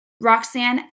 Roxanne